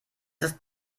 ist